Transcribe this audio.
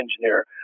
engineer